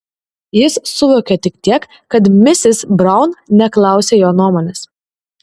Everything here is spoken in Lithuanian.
jis suvokė tik tiek kad misis braun neklausia jo nuomonės